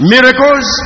Miracles